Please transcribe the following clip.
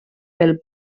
pel